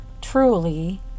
truly